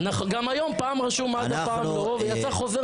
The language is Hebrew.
גם היום, פעם רשום מד"א ופעם לא, ויצא חוזר